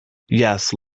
yes